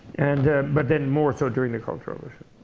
and but then more so during the cultural revolution.